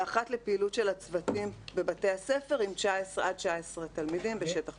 ואחד לפעילות של הצוותים בבתי הספר עד 19 תלמידים בשטח פתוח.